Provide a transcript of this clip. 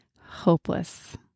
hopeless